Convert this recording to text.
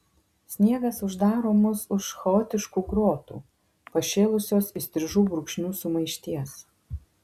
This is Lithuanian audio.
sniegas uždaro mus už chaotiškų grotų pašėlusios įstrižų brūkšnių sumaišties